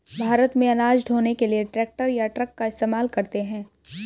भारत में अनाज ढ़ोने के लिए ट्रैक्टर या ट्रक का इस्तेमाल करते हैं